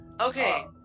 Okay